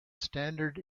standard